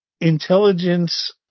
Intelligence